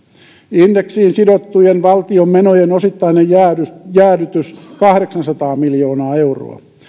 indeksiin sidottujen valtion menojen osittainen jäädytys jäädytys kahdeksansataa miljoonaa euroa